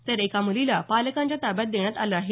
तर एका मुलीला पालकांच्या ताब्यात देण्यात आलं आहे